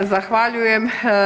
Zahvaljujem.